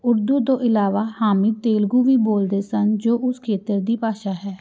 ਉਰਦੂ ਤੋਂ ਇਲਾਵਾ ਹਾਮਿਦ ਤੇਲਗੂ ਵੀ ਬੋਲਦੇ ਸਨ ਜੋ ਉਸ ਖੇਤਰ ਦੀ ਭਾਸ਼ਾ ਹੈ